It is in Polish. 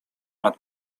nad